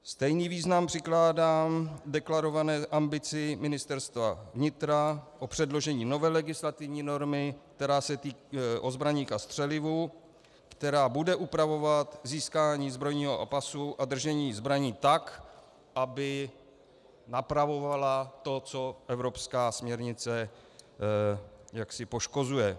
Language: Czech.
Stejný význam přikládám deklarované ambici Ministerstva vnitra o předložení nové legislativní normy o zbraních a střelivu, která bude upravovat získání zbrojního pasu a držení zbraní tak, aby napravovala to, co evropská směrnice jaksi poškozuje.